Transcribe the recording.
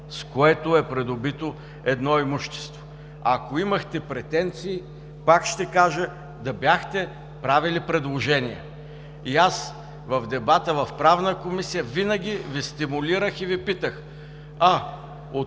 с което е придобито едно имущество. Ако имахте претенции, пак ще кажа, да бяхте правили предложения. В дебата в Правната комисия винаги Ви стимулирах и Ви питах: „А от